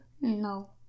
No